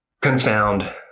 confound